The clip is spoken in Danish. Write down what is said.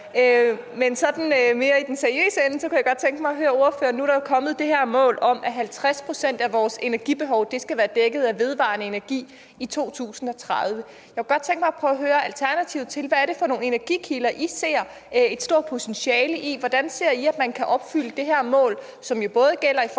Men sådan i den mere seriøse ende kunne jeg godt tænke mig at høre ordføreren om noget. Nu er der jo kommet det her mål om, at 50 pct. af vores energibehov skal være dækket af vedvarende energi i 2030. Jeg kunne godt tænke mig at prøve at høre Alternativet: Hvad er det for nogle energikilder, I ser et stort potentiale i? Hvordan ser I, at man kan opfylde det her mål, som jo både gælder i forhold til